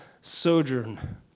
sojourn